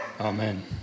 Amen